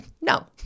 No